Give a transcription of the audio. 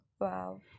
Wow